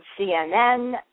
CNN